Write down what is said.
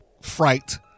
fright